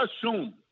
assume